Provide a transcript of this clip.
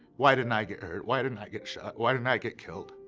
why didn't i get hurt? why didn't i get shot? why didn't i get killed?